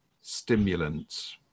stimulants